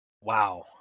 Wow